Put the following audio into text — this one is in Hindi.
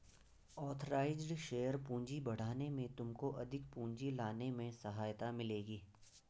ऑथराइज़्ड शेयर पूंजी बढ़ाने से तुमको अधिक पूंजी लाने में सहायता मिलेगी